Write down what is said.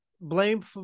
blame